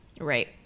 Right